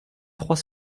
trois